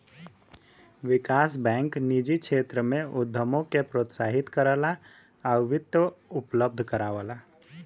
विकास bank निजी क्षेत्र में उद्यमों के प्रोत्साहित करला आउर वित्त उपलब्ध करावला